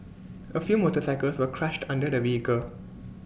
A few motorcycles were crushed under the vehicle